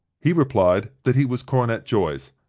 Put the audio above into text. he replied that he was cornet joyce,